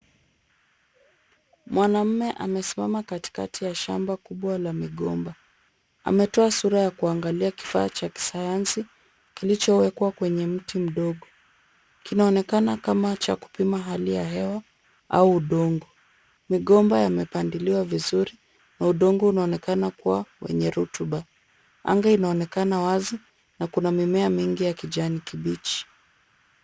Mwanaume amesimama katikati ya shamba kubwa la migomba, ametoa sura ya kuangalia kifaa cha kisayansi kilichowekwa kwenye mti mdogo. Kinaonekana kama cha kupima hali ya hewa au udongo. Migomba yamepandiliwa vizuri na udongo unaonekana kuwa wenye rotuba. Anga inaonekana wazi na kuna mimea mingi ya kijani kibichi.